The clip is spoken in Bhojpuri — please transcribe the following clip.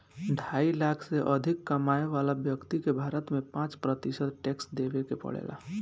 ढाई लाख से अधिक कमाए वाला व्यक्ति के भारत में पाँच प्रतिशत टैक्स देवे के पड़ेला